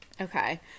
Okay